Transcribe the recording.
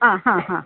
ആ ഹാ ഹാ